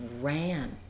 ran